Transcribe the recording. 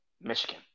Michigan